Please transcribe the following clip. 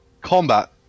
Combat